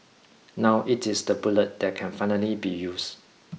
now it is the bullet that can finally be used